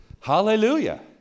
Hallelujah